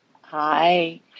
Hi